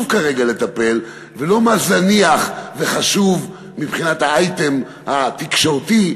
כרגע לטפל ולא במה זניח אבל חשוב מבחינת האייטם התקשורתי,